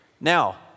Now